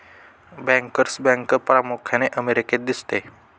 bankers bank प्रामुख्याने अमेरिकेत दिसते